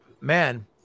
man